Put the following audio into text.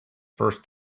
first